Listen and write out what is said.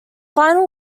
final